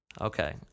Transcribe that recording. Okay